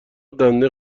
دنده